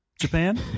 Japan